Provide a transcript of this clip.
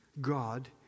God